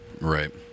Right